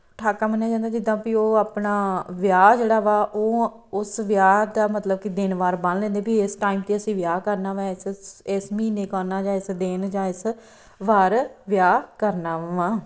ਠਾਕਾ ਮੰਨਿਆ ਜਾਂਦਾ ਜਿੱਦਾਂ ਵੀ ਉਹ ਆਪਣਾ ਵਿਆਹ ਜਿਹੜਾ ਵਾ ਉਹ ਉਸ ਵਿਆਹ ਦਾ ਮਤਲਬ ਕਿ ਦਿਨ ਵਾਰ ਬੰਨ੍ਹ ਲੈਂਦੇ ਵੀ ਇਸ ਟਾਈਮ 'ਤੇ ਅਸੀਂ ਵਿਆਹ ਕਰਨਾ ਵਾ ਇਸ ਇਸ ਇਸ ਮਹੀਨੇ ਕਰਨਾ ਜਾਂ ਇਸ ਦਿਨ ਜਾਂ ਇਸ ਵਾਰ ਵਿਆਹ ਕਰਨਾ ਵਾ